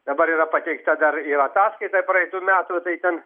dabar yra pateikta dar jo ataskaita praeitų metų tai ten